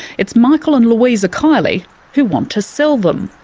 it's michael and louisa kiely who want to sell them.